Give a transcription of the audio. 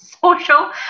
social